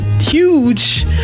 huge